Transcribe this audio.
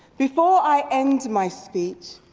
before i end my speech,